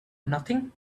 nothing